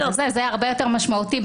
זה הרבה יותר משמעותי.